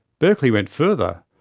berkeley went further,